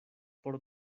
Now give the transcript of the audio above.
por